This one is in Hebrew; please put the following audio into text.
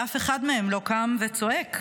ואף אחד מהם לא קם וצועק: